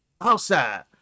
outside